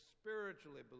Spiritually